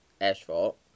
Asphalt